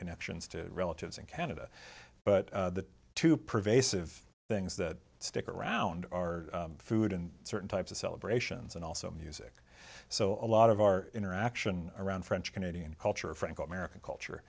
connections to relatives in canada but the to prove a sieve things that stick around are food in certain types of celebrations and also music so a lot of our interaction around french canadian culture franco american culture